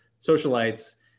socialites